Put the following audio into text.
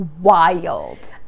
wild